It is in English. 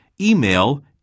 email